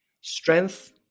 strength